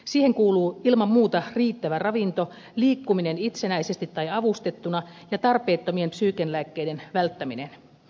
siihen kuuluu ilman muuta riittävä ravinto liikkuminen itsenäisesti tai avustettuna ja tarpeettomien psyykenlääkkeiden välttäminen